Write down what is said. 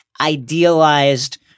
idealized